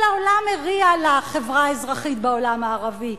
כל העולם הריע לחברה האזרחית בעולם הערבי,